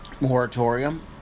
moratorium